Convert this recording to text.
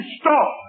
stop